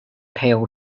pail